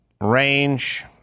range